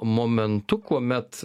momentu kuomet